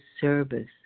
service